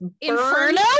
Inferno